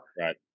Right